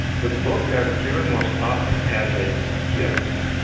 the book that i've given most often as a gift.